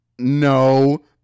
No